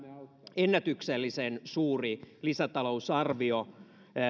ennätyksellisen suuri lisätalousarvio